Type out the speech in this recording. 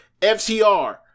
FTR